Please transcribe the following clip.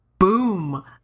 Boom